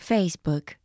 Facebook